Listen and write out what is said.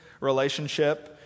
relationship